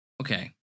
okay